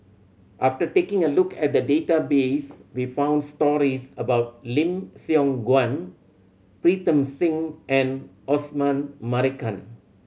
after taking a look at the database we found stories about Lim Siong Guan Pritam Singh and Osman Merican